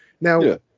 now